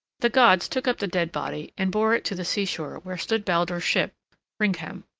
the gods took up the dead body and bore it to the seashore where stood baldur's ship hringham,